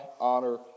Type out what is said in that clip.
honor